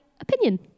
opinion